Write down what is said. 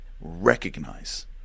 recognize